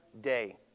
day